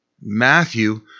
Matthew